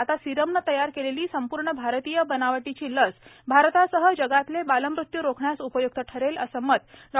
आता सीरमनं तयार केलेली संपूर्ण भारतीय बनावटीची लस भारतासह जगातले बालमृत्यू रोखण्यास उपय्क्त ठरेल असं मत डॉ